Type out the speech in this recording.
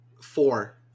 four